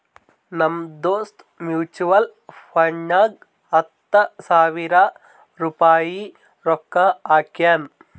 ನಮ್ ದೋಸ್ತ್ ಮ್ಯುಚುವಲ್ ಫಂಡ್ನಾಗ್ ಹತ್ತ ಸಾವಿರ ರುಪಾಯಿ ರೊಕ್ಕಾ ಹಾಕ್ಯಾನ್